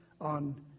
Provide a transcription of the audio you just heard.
on